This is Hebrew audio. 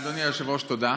אדוני היושב-ראש, תודה.